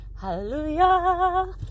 Hallelujah